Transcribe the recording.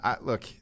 look